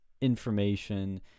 information